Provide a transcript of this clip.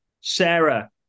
sarah